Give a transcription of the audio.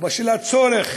ובשל הצורך